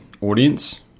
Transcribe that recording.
audience